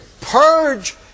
Purge